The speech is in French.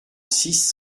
six